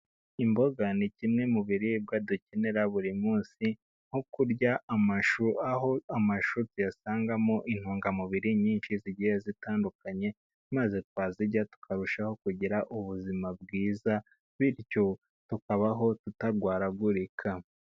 Imboga ni kimwe mu biribwa dukenera buri munsi, nko kurya amashu aho amashu tuyasangamo intungamubiri nyinshi zigiye zitandukanye, maze twazirya tukarushaho kugira ubuzima bwiza bityo tukabaho tutarwaragurika.